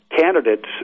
candidates